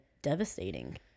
Devastating